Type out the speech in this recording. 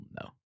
no